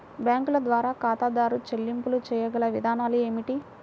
బ్యాంకుల ద్వారా ఖాతాదారు చెల్లింపులు చేయగల విధానాలు ఏమిటి?